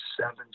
seven